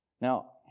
Now